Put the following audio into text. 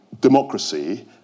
democracy